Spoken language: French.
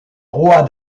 roi